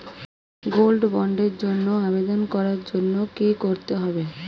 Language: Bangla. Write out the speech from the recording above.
গোল্ড বন্ডের জন্য আবেদন করার জন্য কি করতে হবে?